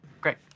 Great